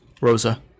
Rosa